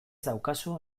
daukazu